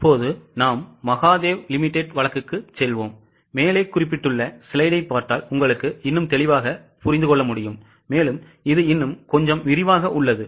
இப்போது மகாதேவ் லிமிடெட் வழக்குக்குச் செல்வோம் இது இன்னும் கொஞ்சம் விரிவாக உள்ளது